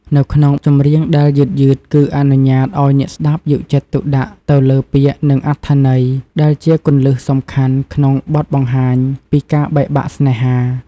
នៅក្នុងចម្រៀងដែលយឺតៗគឺអនុញ្ញាតឲ្យអ្នកស្តាប់យកចិត្តទុកដាក់ទៅលើ ពាក្យ និងអត្ថន័យ ដែលជាគន្លឹះសំខាន់ក្នុងបទបង្ហាញពីការបែកបាក់ស្នេហា។